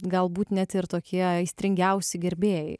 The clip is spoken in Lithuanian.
galbūt net ir tokie aistringiausi gerbėjai